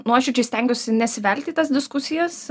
nuoširdžiai stengiuosi nesivelti į tas diskusijas